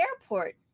airport